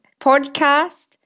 podcast